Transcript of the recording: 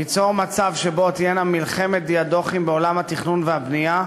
זה ייצור מצב שבו תהיינה מלחמת דיאדוכים בעולם התכנון והבנייה,